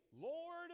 Lord